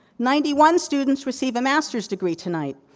ninety one students receive a master's degree tonight.